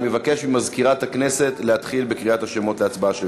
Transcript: אני מבקש ממזכירת הכנסת להתחיל בקריאת השמות להצבעה שמית.